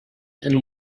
and